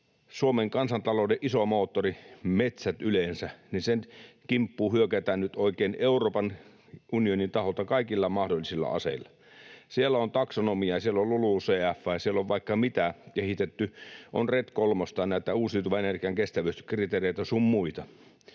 Suomen kansantalouden ison moottorin, metsät yleensä, kimppuun hyökätään nyt oikein Euroopan unionin taholta kaikilla mahdollisilla aseilla. Siellä on taksonomiaa ja siellä on LULUCF:ää ja siellä on vaikka mitä kehitetty. On RED kolmosta ja näitä uusiutuvan energian kestävyyskriteereitä sun muita.